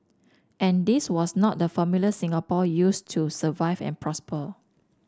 and this was not the formula Singapore used to survive and prosper